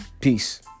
Peace